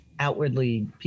outwardly